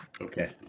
Okay